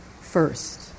first